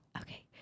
Okay